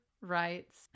writes